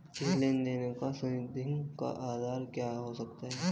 किसी लेन देन का संदिग्ध का आधार क्या हो सकता है?